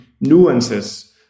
nuances